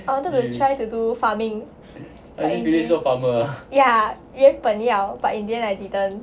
I wanted to try to do farming but in the ya 原本要 but in the end I didn't